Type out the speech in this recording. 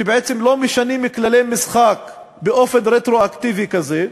שבעצם לא משנים כללי משחק באופן רטרואקטיבי כזה,